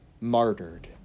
martyred